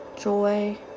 joy